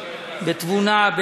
בתבונה,